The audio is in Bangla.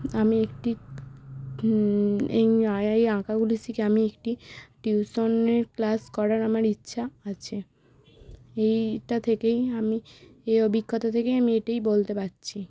আমি একটি এই আই আই আঁকাগুলি শিখে আমি একটি টিউশনের ক্লাস করার আমার ইচ্ছা আছে এইটা থেকেই আমি এই অভিজ্ঞতা থেকে আমি এটাই বলতে পারছি